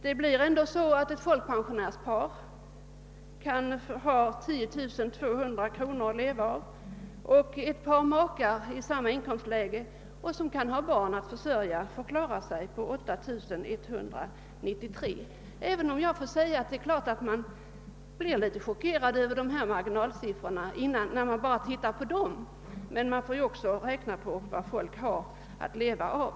Det blir ändå så att ett folkpensionärspar har 10 200 kronor att leva av, medan ett par makar i samma inkomstläge, som kan ha barn att försörja, får klara sig på 8193 kronor. Man kan bli chockerad av de här marginalsiffrorna som sådana, men man måste också se efter vad folk har att leva av.